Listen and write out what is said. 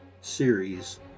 series